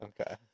Okay